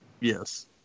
yes